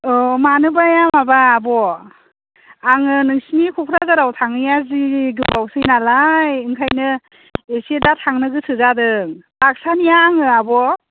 औ मानोबाया माबा आब' आङो नोंसोरनि क'क्राझाराव थाङैया जि गोबावसै नालाय बेनिखायनो एसे दा थांनो गोसो जादों बाक्सानिआ आङो आब'